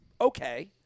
Okay